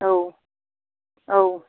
औ औ